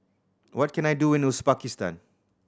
what can I do in Uzbekistan